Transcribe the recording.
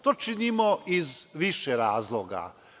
To činimo iz više razloga.